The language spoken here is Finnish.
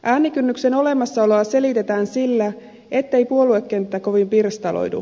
äänikynnyksen olemassaoloa selitetään sillä ettei puoluekenttä kovin pirstaloidu